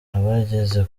abageze